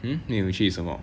hmm 没有去什么